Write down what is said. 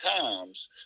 times